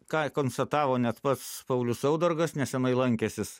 ką konstatavo net pats paulius saudargas nesenai lankęsis